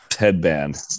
Headband